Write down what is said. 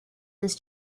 this